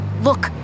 Look